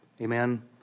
Amen